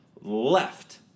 left